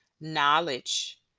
knowledge